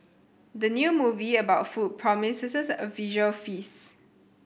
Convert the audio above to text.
the new movie about food promises a visual feast